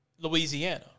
Louisiana